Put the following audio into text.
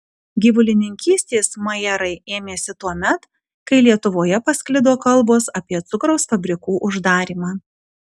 gyvulininkystės majerai ėmėsi tuomet kai lietuvoje pasklido kalbos apie cukraus fabrikų uždarymą